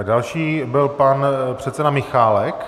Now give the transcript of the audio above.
Další byl pan předseda Michálek.